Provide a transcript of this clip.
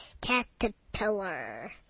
caterpillar